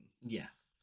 Yes